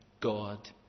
God